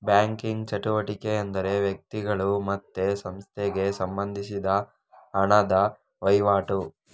banking ಚಟುವಟಿಕೆ ಎಂದರೆ ವ್ಯಕ್ತಿಗಳು ಮತ್ತೆ ಸಂಸ್ಥೆಗೆ ಸಂಬಂಧಿಸಿದ ಹಣದ ವೈವಾಟು